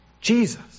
Jesus